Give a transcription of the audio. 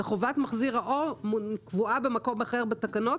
וחובת מחזיר האור קבועה במקום אחר בתקנות,